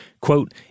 Quote